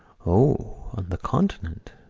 o, on the continent,